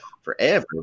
forever